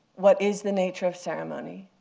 what is the nature of ceremony?